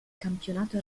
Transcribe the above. campionato